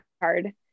card